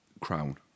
crown